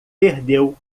perdeu